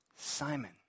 Simon